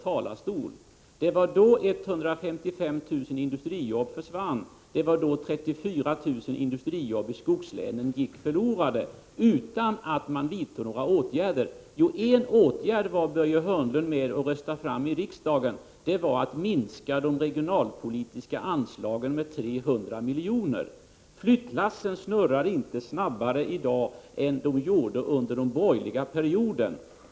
Det var under den tiden som 155 000 industrijobb försvann, och det var då 34 000 industrijobb i skogslänen gick förlorade. Detta skedde utan att man vidtog några åtgärder. Jo, en åtgärd var Börje Hörnlund med om att rösta fram i riksdagen. Det var att minska de regionalpolitiska anslagen med 300 milj.kr. Flyttlassen rullar inte snabbare i dag än de gjorde under den borgerliga perioden.